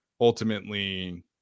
ultimately